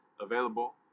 available